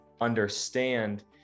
understand